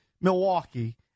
Milwaukee